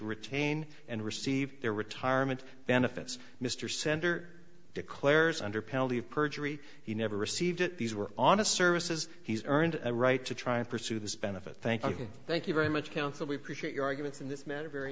retain and receive their retirement benefits mr center declares under penalty of perjury he never received that these were on a services he's earned a right to try and pursue this benefit thank you thank you very much counsel we